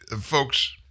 Folks